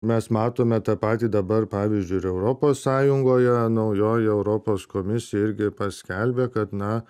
mes matome tą patį dabar pavyzdžiui ir europos sąjungoje naujoji europos komisija irgi paskelbė kad na